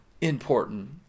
important